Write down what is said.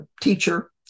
teacher